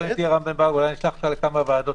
אם אדע ואני לא יודע כרגע,